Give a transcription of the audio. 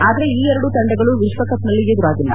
ಆದರೆ ಈ ಎರಡೂ ತೆಂಡಗಳು ವಿಶ್ವಕಪ್ನಲ್ಲಿ ಎದುರಾಗಿಲ್ಲ